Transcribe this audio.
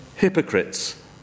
Hypocrites